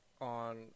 on